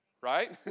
Right